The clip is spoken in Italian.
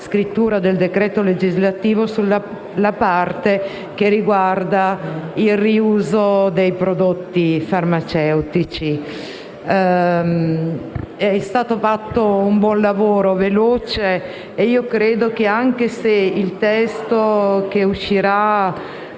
scrittura del decreto legislativo la parte relativa al riuso dei prodotti farmaceutici. È stato svolto un buon lavoro, veloce, e credo che anche se il testo che uscirà